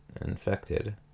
infected